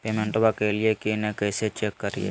पेमेंटबा कलिए की नय, कैसे चेक करिए?